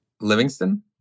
Livingston